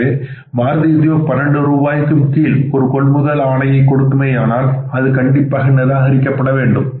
எனவே மாருதி உத்யோக் 12 ரூபாய்க்கும் கீழ் ஒரு கொள்முதல் ஆணையை கொடுக்குமேயானால் அது கண்டிப்பாக நிராகரிக்கப்பட வேண்டும்